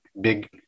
big